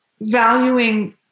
valuing